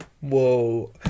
Whoa